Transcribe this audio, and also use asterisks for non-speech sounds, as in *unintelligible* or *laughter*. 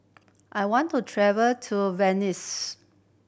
I want to travel to *unintelligible*